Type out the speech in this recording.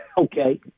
Okay